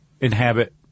inhabit